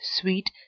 sweet